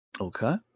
Okay